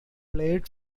played